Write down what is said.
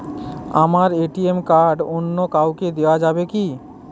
আমার ATM card অন্য কাউকে দেওয়া যাবে কি?